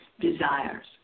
desires